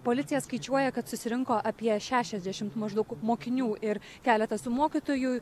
policija skaičiuoja kad susirinko apie šešiasdešimt maždaug mokinių ir keletas mokytojų